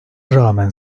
rağmen